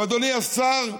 אדוני השר,